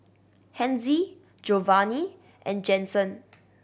Hezzie Giovanni and Jensen